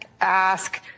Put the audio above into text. ask